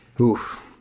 Oof